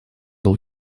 был